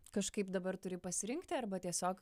kažkaip dabar turi pasirinkti arba tiesiog